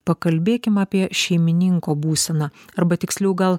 pakalbėkim apie šeimininko būseną arba tiksliau gal